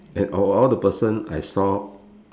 and of all the person I saw